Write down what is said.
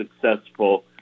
successful